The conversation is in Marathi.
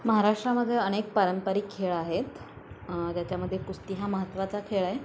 महाराष्ट्रामध्ये अनेक पारंपरिक खेळ आहेत ज्याच्यामध्ये कुस्ती हा महत्त्वाचा खेळ आहे